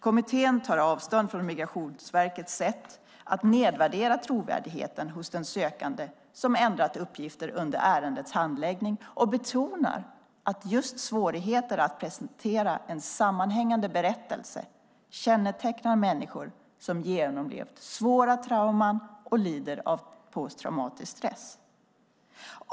Kommittén tar avstånd från Migrationsverkets sätt att nedvärdera trovärdigheten hos den sökande som ändrat uppgifter under ärendets handläggning, och man betonar att just svårigheter att presentera en sammanhängande berättelse kännetecknar människor som genomlevt svåra trauman och lider av posttraumatisk stress.